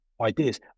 ideas